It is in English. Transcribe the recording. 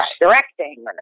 directing